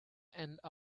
and